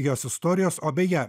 jos istorijos o beje